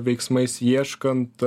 veiksmais ieškant